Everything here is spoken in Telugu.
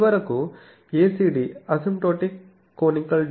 చివరకుACD అసింప్టోటిక్ కొనికల్ డైపోల్ ఫీడ్ ఇది